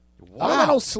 Wow